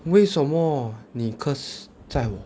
为什么你 curse 在我